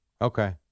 Okay